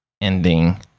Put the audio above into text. ending